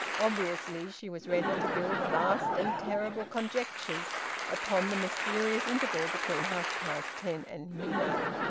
obviously she was ready to build vast and terrible conjectures upon the mysterious interval between half-past ten and midnight.